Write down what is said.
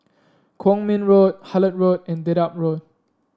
Kwong Min Road Hullet Road and Dedap Road